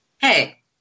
Hey